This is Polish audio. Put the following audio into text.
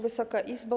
Wysoka Izbo!